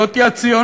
זאת היא הציונות?